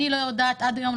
אני לא יודעת עד היום,